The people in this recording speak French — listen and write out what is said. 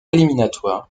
éliminatoires